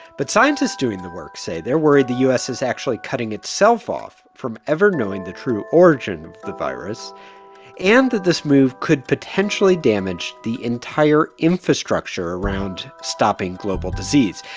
but scientists doing the work say they're worried the u s. is actually cutting itself off from ever knowing the true origin of the virus and that this move could potentially damage the entire infrastructure around stopping global disease.